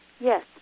yes